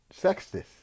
sexist